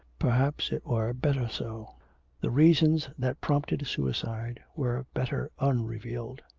perhaps it were better so the reasons that prompted suicide were better unrevealed.